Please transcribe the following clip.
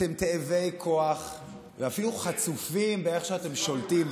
אתם תאבי כוח ואפילו חצופים באיך שאתם שולטים,